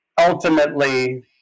ultimately